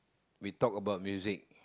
we talk about music